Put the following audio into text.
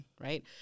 right